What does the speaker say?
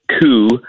coup